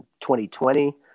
2020